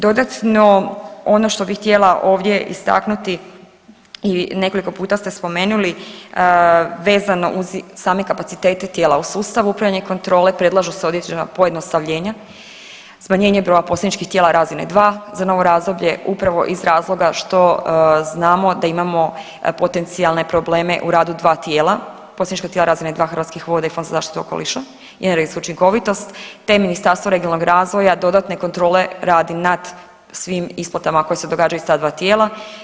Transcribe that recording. Dodatno, ono što bi htjela ovdje istaknuti i nekoliko puta ste spomenuli vezano uz same kapacitete tijela, u sustavu upravljanja kontrole predlažu se određena pojednostavljenja, smanjenje broja posredničkih tijela razine 2 za novo razdoblje upravo iz razloga što znamo da imamo potencijalne probleme u radu 2 tijela, posrednička tijela razine 2 Hrvatskih voda i Fond za zaštitu okoliša i energetske učinkovitost, te Ministarstvo regionalnog razvoja dodatne kontrole radi nad svim isplatama koje se događaju iz ta dva tijela.